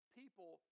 people